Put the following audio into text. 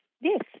yes